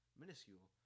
minuscule